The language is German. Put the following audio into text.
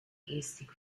gestik